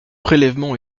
prélèvement